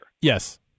Yes